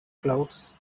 clouds